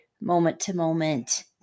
moment-to-moment